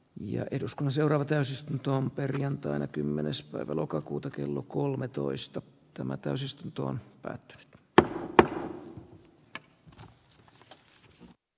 ja eduskunnan seuraava täysistuntoon perjantaina kymmenes päivä lokakuuta kello kolmetoista tämä täysistuntoon päätynyt b muutoksina huomioitaisiin